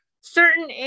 certain